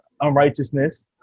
unrighteousness